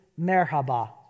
merhaba